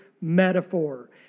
metaphor